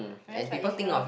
whereas like if you're